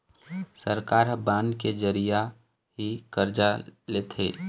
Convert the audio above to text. सरकार ह बांड के जरिया ही करजा लेथे